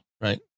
right